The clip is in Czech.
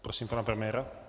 Prosím pana premiéra.